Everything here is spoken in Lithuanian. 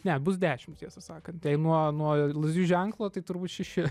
ne bus dešim tiesą sakant jei nuo nuo lazdijų ženklo tai turbūt šeši